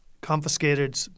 confiscated